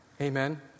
Amen